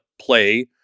play